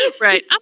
Right